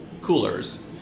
coolers